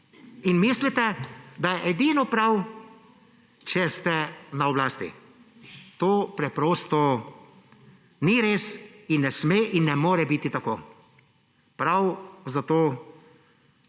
in mislite, da je edino prav, če ste na oblasti. To preprosto ni res in ne sme in ne more biti tako. Prav zato